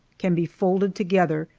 can be folded together,